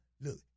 look